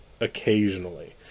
occasionally